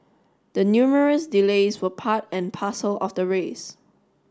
the numerous delays for part and parcel of the race